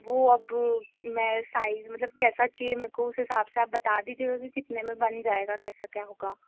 वह अब मैं साइज़ मतलब कैसा चाहिए मे को उस हिसाब से आप बता दीजिए वह भी कितने में बन जाएगा कैसा क्या होगा